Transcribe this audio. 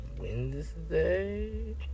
Wednesday